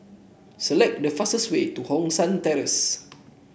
select the fastest way to Hong San Terrace